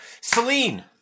Celine